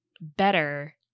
better